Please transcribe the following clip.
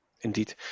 Indeed